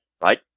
right